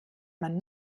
man